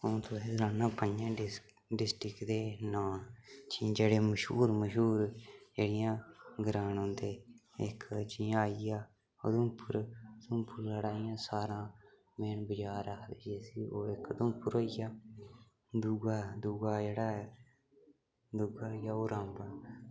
आ'ऊं तुसेईं सनाना बाइयें डिस्टक डिस्ट्रिक्ट दे नांऽ जेह्ड़े मश्हूर मश्हूर जेह्ड़ियां ग्रांऽ न औंदे इक जि'यां आई गेआ उधमपुर उधमपुर कोला सारा मेन बज़ार आखदे हे इसी ओह् इक उधमपुर होई गेआ दूआ दूआ जेह्ड़ा ऐ दूआ होई गेआ ओह् रामबन